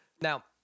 Now